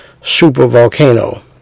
Supervolcano